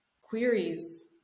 queries